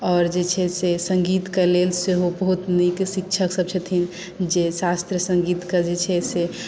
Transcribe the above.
आओर जे छै से संगीत के लेल सेहो बहुत नीक शिक्षक सब छथिन जे शास्त्रीय संगीत के जे छै से